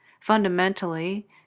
fundamentally